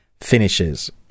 finishes